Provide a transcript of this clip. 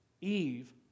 Eve